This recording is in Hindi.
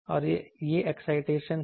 और यह एक्साइटेशन है